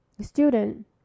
student